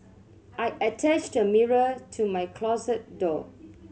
I attached a mirror to my closet door